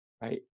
right